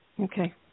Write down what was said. Okay